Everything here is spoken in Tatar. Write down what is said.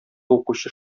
укучы